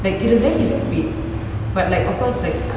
like it was very rapid but like of course like